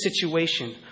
situation